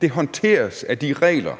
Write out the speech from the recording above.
Det håndteres af de regler,